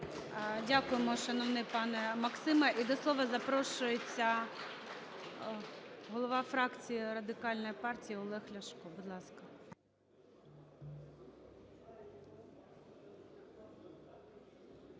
Дякуємо, шановний пане Максиме. І до слова запрошується голова фракції Радикальної партії Олег Ляшко.